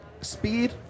speed